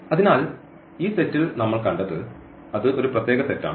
അതിനാൽ ഈ സെറ്റിൽ നമ്മൾ കണ്ടത് അത് ഒരു പ്രത്യേക സെറ്റാണ്